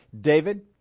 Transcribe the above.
David